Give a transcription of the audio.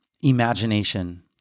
imagination